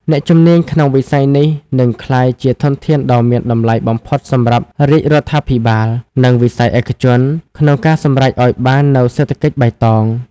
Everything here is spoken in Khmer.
អ្នកជំនាញក្នុងវិស័យនេះនឹងក្លាយជាធនធានដ៏មានតម្លៃបំផុតសម្រាប់រាជរដ្ឋាភិបាល និងវិស័យឯកជន ក្នុងការសម្រេចឱ្យបាននូវសេដ្ឋកិច្ចបៃតង។